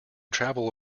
travel